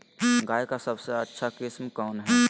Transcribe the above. गाय का सबसे अच्छा किस्म कौन हैं?